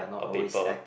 a paper